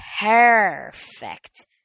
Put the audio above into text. perfect